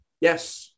Yes